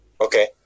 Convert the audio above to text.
Okay